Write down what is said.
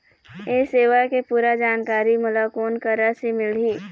ये सेवा के पूरा जानकारी मोला कोन करा से मिलही?